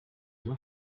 uma